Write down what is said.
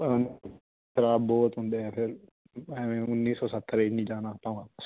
ਖਰਾਬ ਬਹੁਤ ਹੁੰਦੇ ਹੈ ਫਿਰ ਐਵੇਂ ਉੱਨੀ ਸੌ ਸੱਤਰ ਹੀ ਨਹੀਂ ਜਾਣਾ ਆਪਾਂ ਵਾਪਿਸ